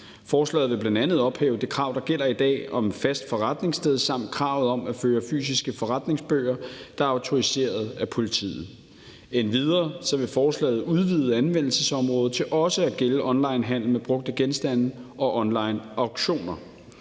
Forslaget vil bl.a. ophæve det krav, der gælder i dag, om et fast forretningssted samt kravet om at føre fysiske forretningsbøger, der er autoriseret af politiet. Endvidere vil forslaget udvide anvendelsesområdet til også at gælde onlinehandel med brugte genstande og onlineauktioner.